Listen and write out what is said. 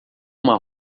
uma